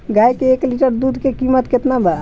गाय के एक लिटर दूध के कीमत केतना बा?